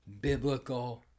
biblical